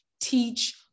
teach